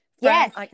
Yes